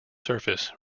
surface